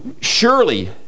surely